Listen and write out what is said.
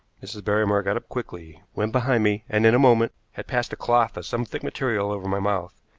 mrs. barrymore got up quickly, went behind me, and, in a moment, had passed a cloth of some thick material over my mouth.